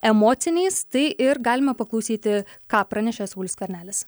emociniais tai ir galime paklausyti ką pranešė saulius skvernelis